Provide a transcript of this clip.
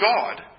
god